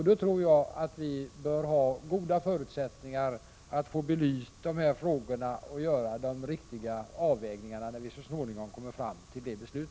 Då tror jag att vi bör ha goda förutsättningar att få de här frågeställningarna belysta och göra riktiga avvägningar när vi så småningom kommer fram till detta beslut.